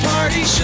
Party